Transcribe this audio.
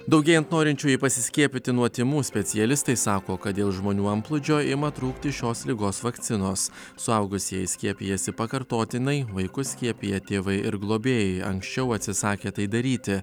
daugėjant norinčiųjų pasiskiepyti nuo tymų specialistai sako kad dėl žmonių antplūdžio ima trūkti šios ligos vakcinos suaugusieji skiepijasi pakartotinai vaikus skiepija tėvai ir globėjai anksčiau atsisakė tai daryti